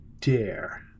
dare